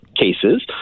cases